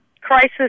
crisis